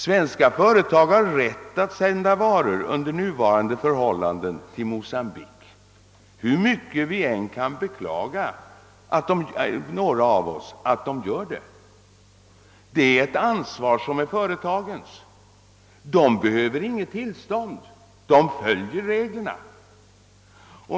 Svenska företag har rätt att under nuvarande förhållanden sända varor till Mocambique, hur mycket några av oss än kan beklaga att de gör det. Det är ett ansvar som är företagens. De behöver inget tillstånd. De följer reglerna.